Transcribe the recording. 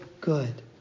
good